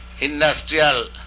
industrial